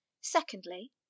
Secondly